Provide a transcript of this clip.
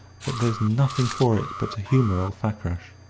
that there's nothing for it but to humour old fakrash.